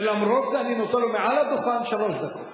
למרות זאת, אני נותן לו מעל הדוכן שלוש דקות.